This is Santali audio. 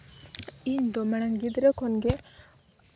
ᱤᱧᱫᱚ ᱢᱟᱲᱟᱝ ᱜᱤᱫᱽᱨᱟᱹ ᱠᱷᱚᱱᱜᱮ